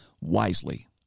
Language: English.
wisely